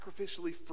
sacrificially